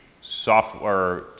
software